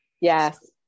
Yes